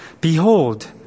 Behold